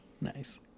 Nice